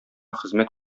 хезмәт